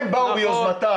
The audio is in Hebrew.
הם באו ביוזמתם.